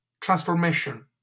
transformation